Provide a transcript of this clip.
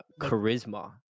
charisma